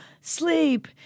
sleep